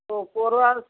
तो पूर्वा अस